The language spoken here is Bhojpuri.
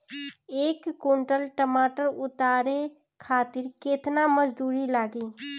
एक कुंटल टमाटर उतारे खातिर केतना मजदूरी लागी?